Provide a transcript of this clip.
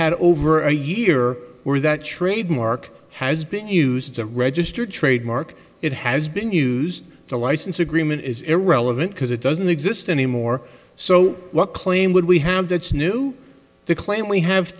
had over a year where that trademark has been used as a registered trademark it has been used the license agreement is irrelevant because it doesn't exist anymore so what claim would we have that's new the claim we have